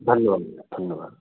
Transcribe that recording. धन्यवाद धन्यवाद